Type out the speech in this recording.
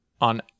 on